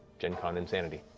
gen con insanity,